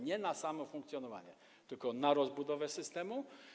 Nie na samo funkcjonowanie, tylko na rozbudowę systemu.